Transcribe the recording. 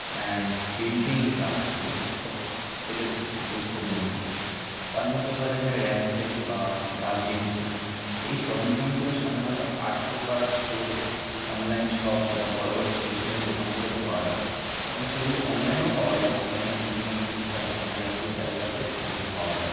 and painting brush যেটি সব থেকে গুরুত্বপূর্ণ তার মধ্যে ধরা যায় র্যামফেল বা দ্য ভিঞ্চি এই সরঞ্জামগুলো সাধারণত art paper store online shop বা বড় বড় স্টেশনারি দোকানগুলোতে পাওয়া যায় এবং সেগুলি অনলাইনেও পাওয়া যায় অনলাইনে বিভিন্ন ফ্লিপকার্ট বা কোনো জাতীয় জায়গাতে এসব পাওয়া যায়